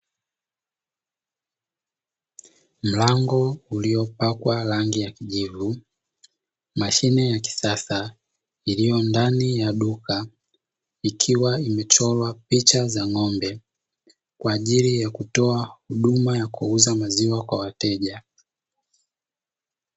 Mlango uliopakwa rangi ya kijivu. Mashine ya kisasa iliyo ndani ya duka, ikiwa imechorwa picha za ng'ombe kwa ajili ya kutoa huduma ya kuuza maziwa kwa wateja.